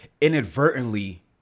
inadvertently